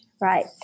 right